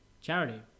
charity